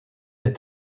est